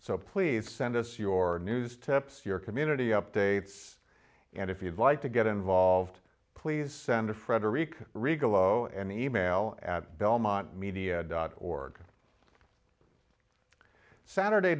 so please send us your news tips your community updates and if you'd like to get involved please send frederick rigo an e mail at belmont media dot org saturday